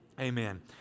Amen